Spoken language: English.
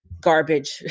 garbage